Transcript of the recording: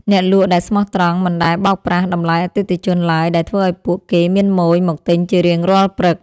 អ្នកលក់ដែលស្មោះត្រង់មិនដែលបោកប្រាស់តម្លៃអតិថិជនឡើយដែលធ្វើឱ្យពួកគេមានម៉ូយមកទិញជារៀងរាល់ព្រឹក។